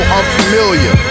unfamiliar